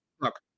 Look